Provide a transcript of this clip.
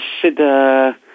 consider